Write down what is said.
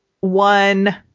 one